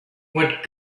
what